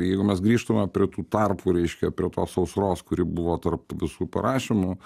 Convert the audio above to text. jeigu mes grįžtume prie tų tarpų reiškia prie tos sausros kuri buvo tarp t visų prašymų